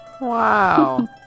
Wow